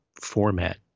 format